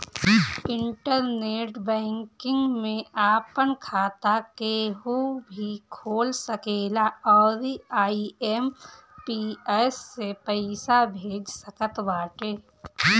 internet banking में आपन खाता केहू भी खोल सकेला अउरी आई.एम.पी.एस से पईसा भेज सकत बाटे